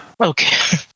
Okay